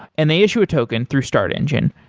and they issue a token through startengine,